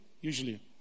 Usually